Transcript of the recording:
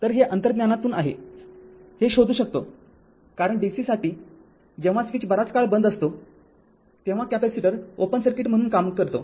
तर हे अंतर्ज्ञानातून आहे शोधू शकतो कारण dc साठी जेव्हा स्विच बराच काळ बंद असतो तेव्हा कॅपेसिटर ओपन सर्किट म्हणून काम करतो